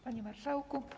Panie Marszałku!